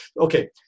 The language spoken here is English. okay